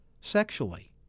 sexually